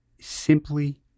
simply